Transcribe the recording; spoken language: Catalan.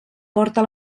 porta